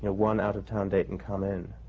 ah one out-of-town date and come in,